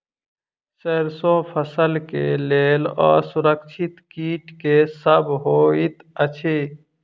सैरसो फसल केँ लेल असुरक्षित कीट केँ सब होइत अछि?